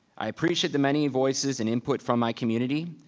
i appreciate the many voices and input from my community.